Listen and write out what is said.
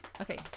okay